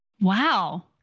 Wow